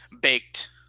baked